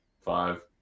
Five